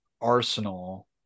arsenal